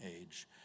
age